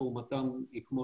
תרומתם היא כמו